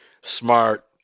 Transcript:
smart